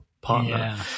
partner